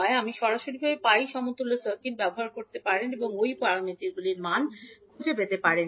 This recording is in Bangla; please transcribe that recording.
আপনি সরাসরি পাই সমতুল্য সার্কিট ব্যবহার করতে পারেন এবং y প্যারামিটারগুলির মান খুঁজে পেতে পারেন